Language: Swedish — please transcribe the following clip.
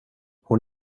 hon